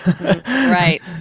Right